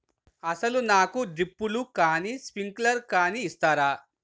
అసలు నాకు డ్రిప్లు కానీ స్ప్రింక్లర్ కానీ ఇస్తారా?